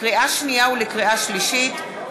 לקריאה שנייה ולקריאה שלישית,